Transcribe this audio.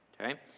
Okay